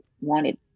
wanted